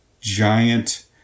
giant